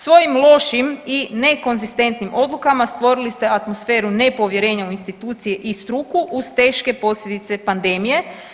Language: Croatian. Svojim lošim i nekonzistentnim odlukama stvorili ste atmosferu nepovjerenja u institucije i struku uz teške posljedice pandemije.